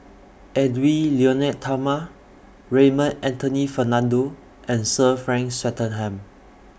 Edwy Lyonet Talma Raymond Anthony Fernando and Sir Frank Swettenham